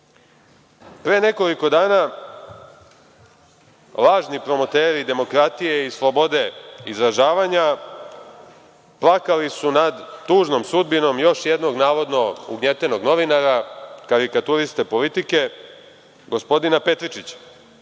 nekoliko dana lažni promoteri demokratije i slobode izražavanja plakali su nad tužnom sudbinom još jednog navodno ugnjetenog novinara karikaturiste „Politike“, gospodina Petričića.